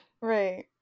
right